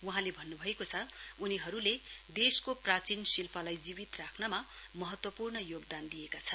वहाँले भन्नुभएको छ उनीहरूले देशको प्राचीन शिल्पलाई जीवित राख्रमा महत्वपूर्ण योगदान दिएका छन्